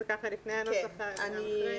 זה ככה לפני הנוסח וגם אחרי.